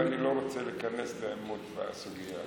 ואני לא רוצה להיכנס לעימות בסוגיה הזאת.